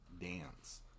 dance